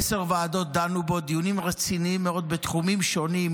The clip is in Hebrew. עשר ועדות דנו בו דיונים רציניים מאוד בתחומים שונים,